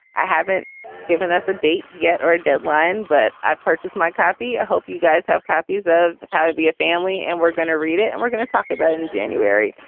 i haven't given us the date yet or a deadline, but i've purchased my copy. i hope you guys have copies of how to be a family. and we're going to read it and we're going to talk about it in january.